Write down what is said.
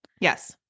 Yes